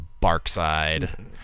Barkside